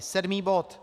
Sedmý bod.